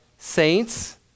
Saints